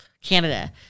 Canada